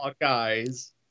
guys